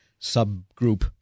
subgroup